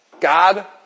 God